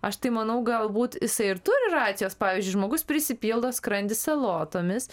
aš tai manau galbūt jisai ir turi racijos pavyzdžiui žmogus prisipildo skrandį salotomis